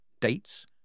dates